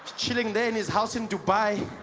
chilling there in his house in dubai